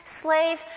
slave